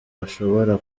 bashobora